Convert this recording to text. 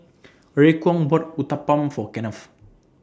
Raekwon bought Uthapam For Kennth